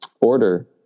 order